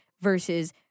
versus